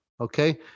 Okay